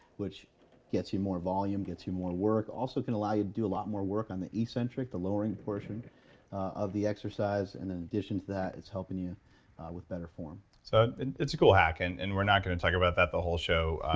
which gets you more volume, gets you more work. also can allow you to do a lot more work on the eccentric, the lowering portion of the exercise. and in addition to that it's helping you with better form so and it's a cool hack, and and we're not going to talk about that the whole show.